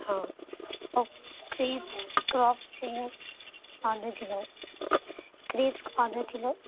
ہاں اور crab crabs چاہیے آدھا کلو کریبس آدھا کلو